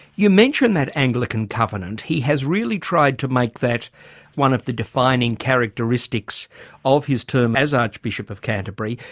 you mention that anglican covenant. he has really tried to make that one of the defining characteristics of his term as archbishop of canterbury.